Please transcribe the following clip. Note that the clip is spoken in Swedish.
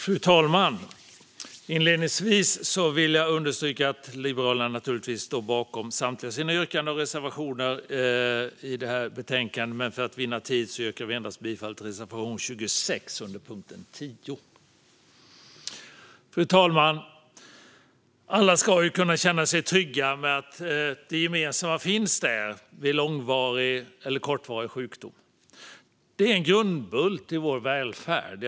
Fru talman! Inledningsvis vill jag understryka att Liberalerna naturligtvis står bakom samtliga sina yrkanden och reservationer i detta betänkande, men för att vinna tid yrkar vi bifall endast till reservation 26 under punkt 10. Fru talman! Alla ska kunna känna sig trygga med att det gemensamma finns där vid långvarig eller kortvarig sjukdom. Det är en grundbult i vår välfärd.